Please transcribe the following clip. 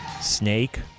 snake